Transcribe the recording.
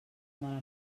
mala